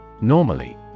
Normally